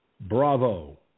bravo